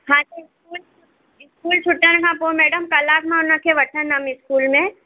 हा त स्कूल छुटणु स्कूल छुटण खां पोइ मैडम कलाकु मां हुनखे वठंदमि इस्कूल में